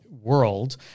world